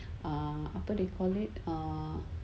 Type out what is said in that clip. ah apa they call it err